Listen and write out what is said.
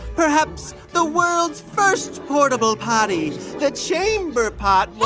perhaps the world's first portable potty, the chamber pot.